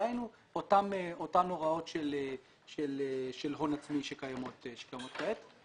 דהיינו אותן הוראות של הון עצמי שקיימות כעת.